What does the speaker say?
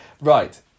Right